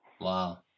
Wow